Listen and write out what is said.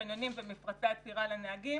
חניונים ומפרצי עצירה לנהגים.